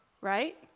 Right